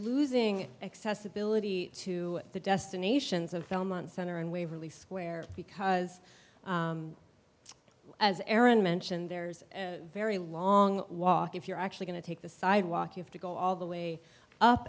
losing accessibility to the destinations of film on center and waverly square because as aaron mentioned there's a very long walk if you're actually going to take the sidewalk you have to go all the way up